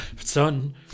Son